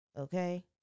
okay